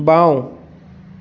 বাওঁ